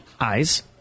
eyes